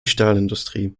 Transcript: stahlindustrie